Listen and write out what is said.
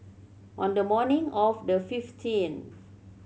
on the morning of the fifteenth